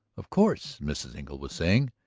of course, mrs. engle was saying.